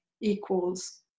equals